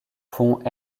pont